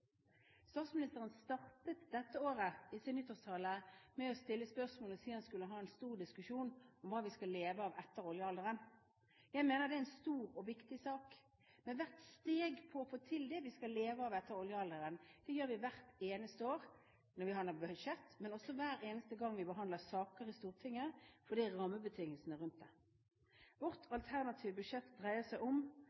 Statsministeren startet dette året sin nyttårstale med å stille spørsmålet og si at han skulle ha en stor diskusjon om hva vi skal leve av etter oljealderen. Jeg mener det er en stor og viktig sak. Men hvert steg for å få til det vi skal leve av etter oljealderen, tar vi hvert eneste år når vi behandler budsjettet, men også hver eneste gang vi behandler saker i Stortinget, for det er rammebetingelsene rundt